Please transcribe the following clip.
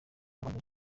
abazize